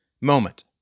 moment